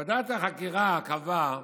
ועדת החקירה קבעה,